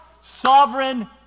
sovereign